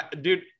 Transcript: Dude